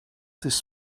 this